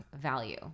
value